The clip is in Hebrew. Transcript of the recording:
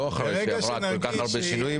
לא אחרי שהיא עברה כל כך הרב שינויים,